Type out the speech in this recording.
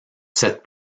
cette